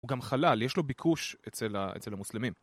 הוא גם חלאל, יש לו ביקוש אצל המוסלמים.